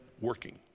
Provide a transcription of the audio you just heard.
working